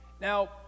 Now